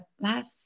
last